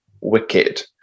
Wicked